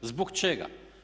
Zbog čega?